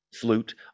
flute